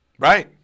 Right